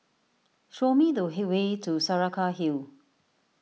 show me the hay way to Saraca Hill